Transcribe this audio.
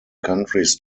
countries